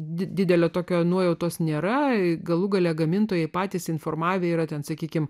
didelė tokios nuojautos nėra galų gale gamintojai patys informavę yra ten sakykime